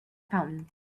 fountain